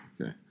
Okay